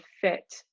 fit